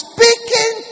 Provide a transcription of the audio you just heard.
Speaking